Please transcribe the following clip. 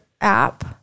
app